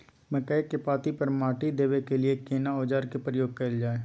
मकई के पाँति पर माटी देबै के लिए केना औजार के प्रयोग कैल जाय?